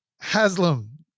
haslam